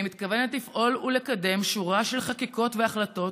אני מתכוונת לפעול ולקדם שורה של חקיקות והחלטות